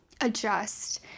adjust